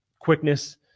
quickness